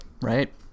Right